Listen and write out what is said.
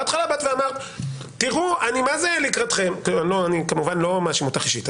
בהתחלה אמרת שאני מה זה לקראתכם אני כמובן לא מאשים אותך אישית,